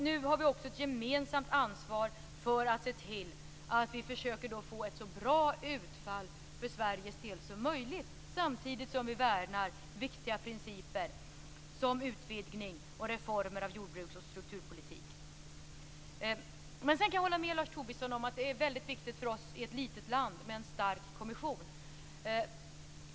Nu har vi också ett gemensamt ansvar för att försöka se till att vi får ett så bra utfall för Sveriges del som möjligt samtidigt som vi värnar viktiga principer som utvidgning och reformer av jordbruks och strukturpolitiken. Sedan kan jag hålla med Lars Tobisson om att det är väldigt viktigt för oss i ett litet land med en stark kommission.